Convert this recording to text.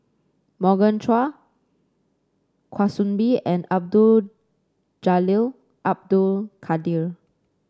Morgan Chua Kwa Soon Bee and Abdul Jalil Abdul Kadir